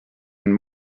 and